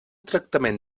tractament